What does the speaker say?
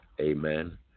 Amen